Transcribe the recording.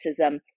racism